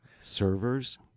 servers